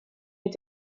mit